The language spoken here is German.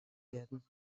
werden